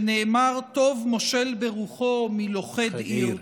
שנאמר: 'טוב, מושל ברוחו מלוכד עיר'".